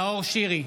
נאור שירי,